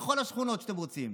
בכל השכונות שאתם רוצים,